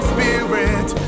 Spirit